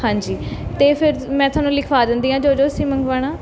ਹਾਂਜੀ ਅਤੇ ਫਿਰ ਮੈਂ ਤੁਹਾਨੂੰ ਲਿਖਵਾ ਦਿੰਦੀ ਹਾਂ ਜੋ ਜੋ ਅਸੀਂ ਮੰਗਵਾਉਣਾ